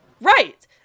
Right